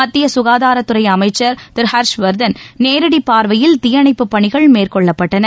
மத்திய சுகாதாரத்துறை அமைச்சர் திரு ஹர்ஷ்வர்தன் நேரடி பார்வையில் தீயணைப்பு பணிகள் மேற்கொள்ளப்பட்டன